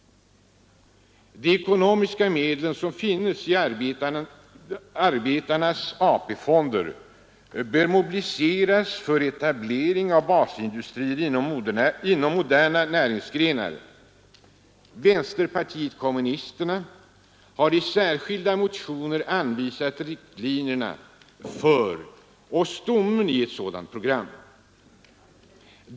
De ekonomiska medel som finns i de arbetandes AP-fonder bör mobiliseras för etablering av basindustrier inom moderna näringsgrenar. Vänsterpartiet kommunisterna har i särskilda motioner anvisat riktlinjerna för och stommen i ett sådant program.